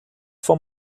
vom